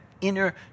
inner